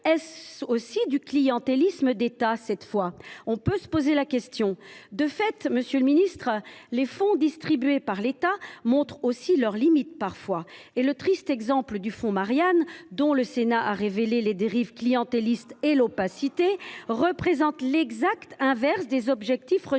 est ce du clientélisme d’État cette fois ? On peut se poser également la question. De fait, monsieur le ministre, parfois les fonds instaurés par l’État montrent aussi leurs limites. Ainsi, le triste exemple du fonds Marianne, dont le Sénat a révélé les dérives clientélistes et l’opacité, représente l’exact inverse des objets de